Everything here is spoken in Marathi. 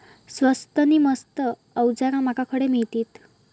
स्वस्त नी मस्त अवजारा माका खडे मिळतीत?